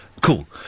Cool